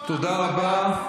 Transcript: תודה רבה.